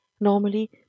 Normally